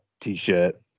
t-shirt